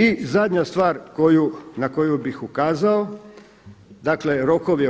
I zadnja stvar na koju bih ukazao, dakle rokovi